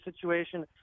situation